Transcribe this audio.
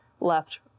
left